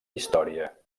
història